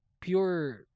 pure